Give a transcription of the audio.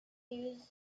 used